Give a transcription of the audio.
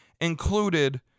included